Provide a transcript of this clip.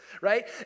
right